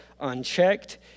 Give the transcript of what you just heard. unchecked